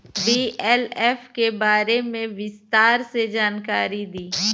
BLF के बारे में विस्तार से जानकारी दी?